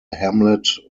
hamlet